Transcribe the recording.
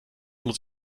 muss